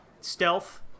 Stealth